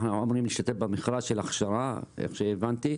אנחנו אמורים להשתתף במכרז של ההכשרה כפי שהבנתי,